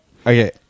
Okay